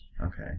Okay